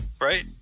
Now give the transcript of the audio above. right